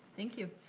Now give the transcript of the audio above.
thank you.